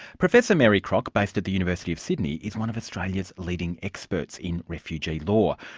professor mary crock based at the university of sydney is one of australia's leading experts in refugee law.